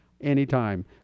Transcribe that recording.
anytime